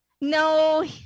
No